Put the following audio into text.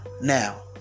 now